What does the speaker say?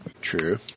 True